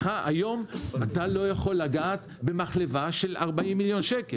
היום אתה לא יכול לגעת במחלבה של 40 מיליון שקל.